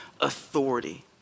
authority